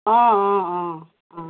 অঁ অঁ অঁ অঁ